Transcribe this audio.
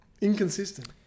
Inconsistent